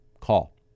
call